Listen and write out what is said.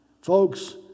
Folks